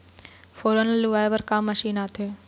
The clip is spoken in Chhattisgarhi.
फोरन ला लुआय बर का मशीन आथे?